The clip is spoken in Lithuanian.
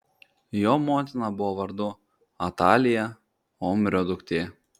jo motina buvo vardu atalija omrio duktė